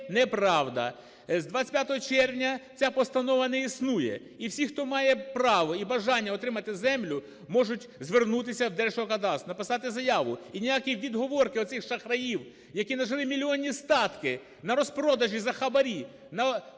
неправда. З 25 червня ця постанова не існує, і всі, хто має право і бажання отримати землю, можуть звернутися в Держгеокадастр, написати заяву. І ніякі відговорки оцих шахраїв, які нажили мільйонні статки на розпродажі за хабарі,